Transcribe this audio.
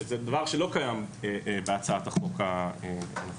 דבר שלא קיים בהצעת החוק הנוכחית.